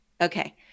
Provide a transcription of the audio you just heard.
Okay